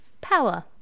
Power